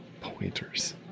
pointers